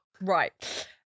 Right